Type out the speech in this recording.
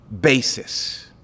basis